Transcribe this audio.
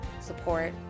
support